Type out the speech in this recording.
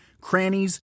crannies